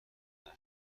دارد